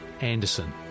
Anderson